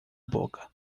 boca